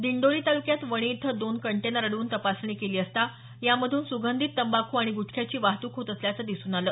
दिंडोरी तालुक्यात वणी इथं दोन कंटेनर अडवून तपासणी केली असता यामधून सुगंधित तंबाखू आणि गुटख्याची वाहतूक होत असल्याचं दिसून आलं